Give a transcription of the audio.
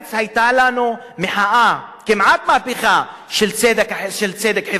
בקיץ היתה לנו מחאה, כמעט מהפכה, של צדק חברתי.